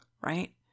right